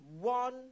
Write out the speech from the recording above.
One